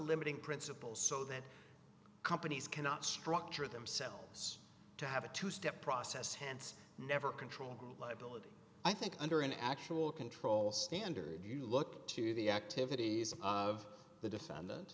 limiting principle so that companies cannot structure themselves to have a two step process hence never control liability i think under an actual control standard you look to the activities of the defendant